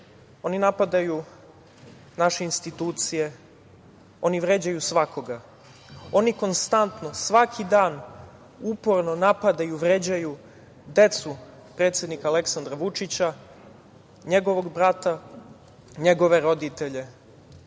Oni napadaju naše institucije, oni vređaju svakoga. Oni konstanto, svaki dan, uporno napadaju, vređaju decu predsednika Aleksandra Vučića, njegovog brata, njegove roditelje. Dame